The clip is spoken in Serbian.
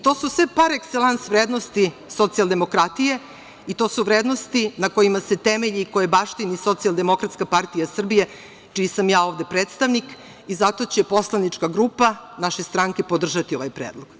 To su sve par ekselans vrednosti socijaldemokratije i to su vrednosti na kojima se temelji, koje baštini Socijaldemokratska partija Srbije, čiji sam ja ovde predstavnik, i zato će poslanička grupa naše stranke podržati ovaj predlog.